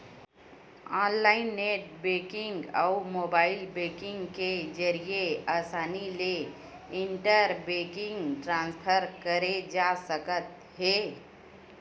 online net banking अउ mobile banking के जरिए असानी ले इंटर बेंकिंग ट्रांसफर करे जा सकत हे